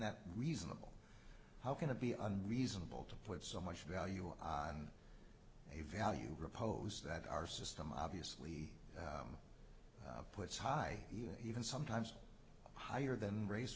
that reasonable how can it be under reasonable to put so much value on a value propose that our system obviously puts high even sometimes higher than brace